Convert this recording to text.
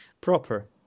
proper